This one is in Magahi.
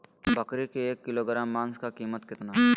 बकरी के एक किलोग्राम मांस का कीमत कितना है?